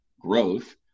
growth